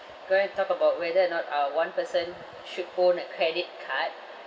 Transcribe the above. going to talk about whether or not uh one person should own a credit card